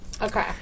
Okay